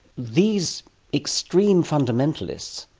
these extreme fundamentalists,